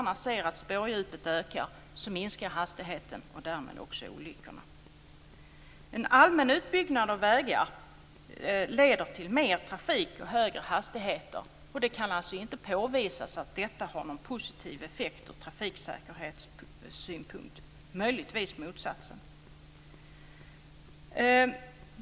Det kan alltså inte påvisas att detta har någon positiv effekt ur trafiksäkerhetssynpunkt - möjligtvis motsatsen.